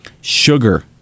Sugar